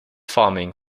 farming